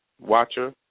watcher